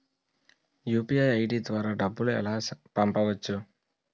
UPI ID ద్వారా డబ్బులు ఎలా పంపవచ్చు?